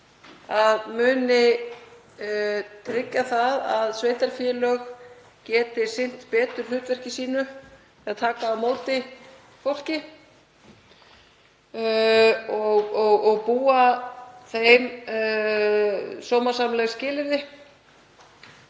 að muni tryggja að sveitarfélög geti sinnt betur hlutverki sínu eða taka á móti fólki og búa því sómasamleg skilyrði,